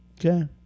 Okay